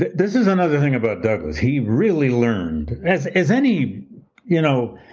this is another thing about douglass, he really learned, as as any you know